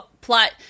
plot